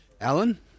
Alan